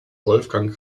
wolfgang